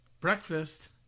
breakfast